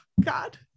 god